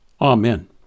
Amen